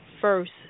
first